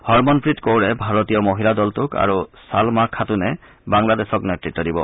হৰমনপ্ৰীত কৌৰে ভাৰতীয় মহিলা দলটোক আৰু চালমা খাতুনে বাংলাদেশক নেত়ত্ব দিব